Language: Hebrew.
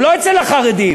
הוא לא אצל החרדים.